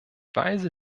weise